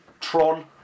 Tron